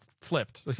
flipped